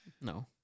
No